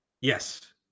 Yes